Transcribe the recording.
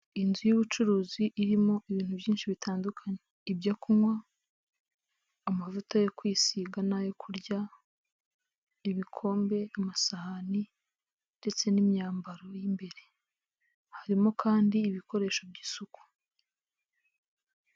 Inzu y'ubucuruzi irimo ibintu byinshi bitandukanye; ibyo kunywa, amavuta yo kwisiga n'ayo kurya, ibikombe, amasahani ndetse n'imyambaro y'imbere. Harimo kandi ibikoresho by'isuku.